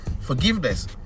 forgiveness